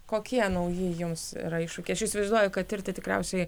kokie nauji jums yra iššūkiai aš įsivaizduoju kad tirti tikriausiai